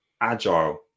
agile